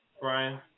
Brian